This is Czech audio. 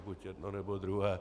Buď jedno, nebo druhé.